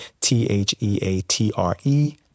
T-H-E-A-T-R-E